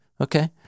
Okay